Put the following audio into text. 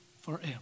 forever